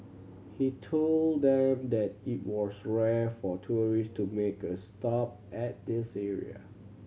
he told them that it was rare for tourist to make a stop at this area